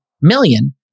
million